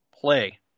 play